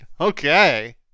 Okay